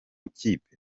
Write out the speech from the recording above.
ikipe